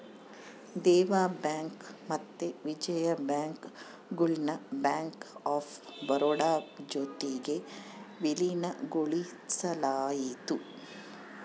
Dena bank ಮತ್ತೆ Vijaya bank ಗುಳ್ನ bank of Baroda ಜೊತಿಗೆ ವಿಲೀನಗೊಳಿಸಲಾಯಿತು